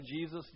Jesus